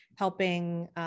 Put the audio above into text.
helping